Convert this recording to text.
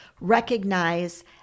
recognize